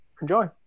enjoy